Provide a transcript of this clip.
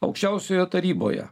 aukščiausioje taryboje